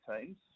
teams